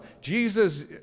Jesus